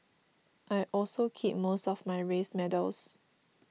I also keep most of my race medals